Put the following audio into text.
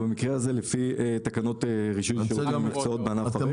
במקרה הזה לפי תקנות רישוי שירותי המקצועות בענף הרכב.